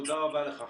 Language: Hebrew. תודה רבה לך.